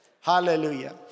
hallelujah